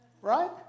Right